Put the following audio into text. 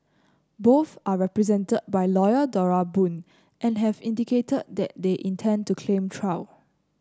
both are represented by lawyer Dora Boon and have indicated that they intend to claim trial